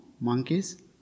monkeys